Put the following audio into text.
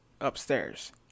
upstairs